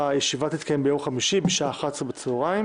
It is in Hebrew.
שהישיבה תתקיים ביום חמישי בשעה 11:00,